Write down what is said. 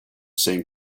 same